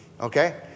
Okay